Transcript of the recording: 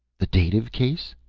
the dative case?